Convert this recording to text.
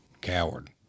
Coward